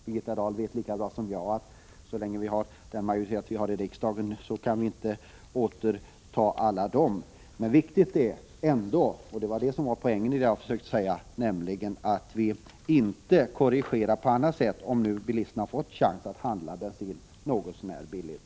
Birgitta Dahl vet lika väl som jag att så länge riksdagen har den majoritet den har i dag kan vi inte återta alla dessa skatteuppräkningar. Det viktiga är ändå, och det var det som var poängen med det jag försökte säga, att vi inte gör negativa korrigeringar, om bilisterna nu fått chans att handla bensin något så när billigt.